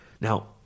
Now